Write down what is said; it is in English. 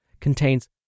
contains